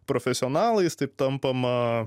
profesionalais taip tampama